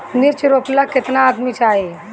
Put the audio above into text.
मिर्च रोपेला केतना आदमी चाही?